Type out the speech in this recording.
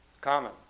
Common